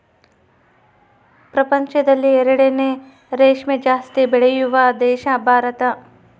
ಪ್ರಪಂಚದಲ್ಲಿ ಎರಡನೇ ರೇಷ್ಮೆ ಜಾಸ್ತಿ ಬೆಳೆಯುವ ದೇಶ ಭಾರತ